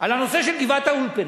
על הנושא של גבעת-האולפנה.